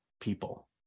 people